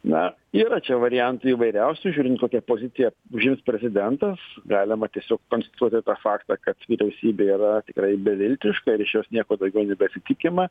na yra čia variantų įvairiausių žiūrint kokią poziciją užims prezidentas galima tiesiog konstatuoti tą faktą kad vyriausybė yra tikrai beviltiška ir iš jos nieko daugiau nebesitikima